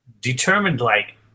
determined-like